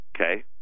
okay